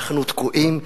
אנחנו תקועים.